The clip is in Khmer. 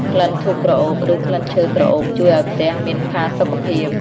ក្លិនធូបក្រអូប ឬក្លិនឈើក្រអូបជួយឱ្យផ្ទះមានផាសុកភាព។